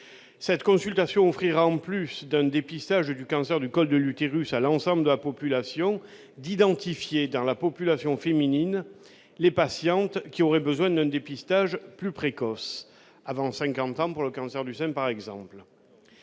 cette consultation offrira en plus d'un dépistage du cancer du col de l'utérus à l'ensemble de la population d'identifier dans la population féminine, les patientes qui aurait besoin d'un dépistage plus précoce avant 50 ans pour le cancer du sein par exemple